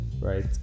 right